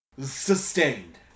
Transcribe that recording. Sustained